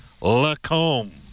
Lacombe